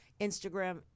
instagram